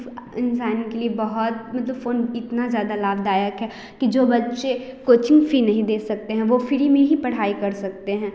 इंसान के लिए बहुत मतलब फ़ोन इतना ज़्यादा लाभदायक है कि जो बच्चे कोचिंग फ़ी नहीं दे सकते हैं वे फ्री में ही पढ़ाई कर सकते हैं